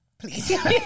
Please